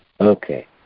Okay